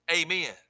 Amen